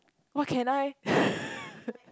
what can I